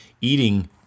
eating